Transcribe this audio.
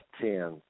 ten